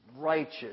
righteous